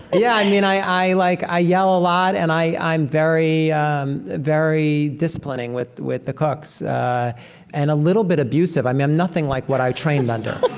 yeah. i mean, i like i yell a lot and i'm very um very disciplining with with the cooks and a little bit abusive. i mean, i'm nothing like what i trained under,